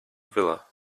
villa